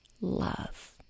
love